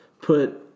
put